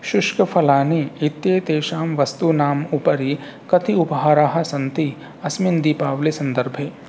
शुष्कफलानि इत्येतेषां वस्तूनाम् उपरि कति उपहाराः सन्ति अस्मिन् दीपावलिसन्दर्भे